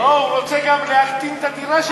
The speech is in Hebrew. לא, הוא רוצה גם להקטין את הדירה שלו.